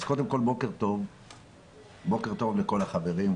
אז קודם כל בוקר טוב לכל החברים,